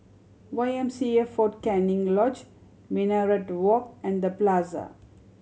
Y M C A Fort Canning Lodge Minaret Walk and The Plaza